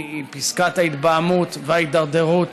היא פסקת ההתבהמות וההידרדרות